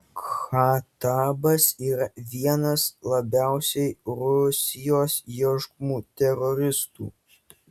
khatabas yra vienas labiausiai rusijos ieškomų teroristų